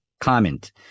comment